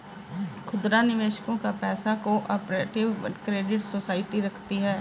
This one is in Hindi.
खुदरा निवेशकों का पैसा को ऑपरेटिव क्रेडिट सोसाइटी रखती है